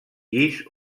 llis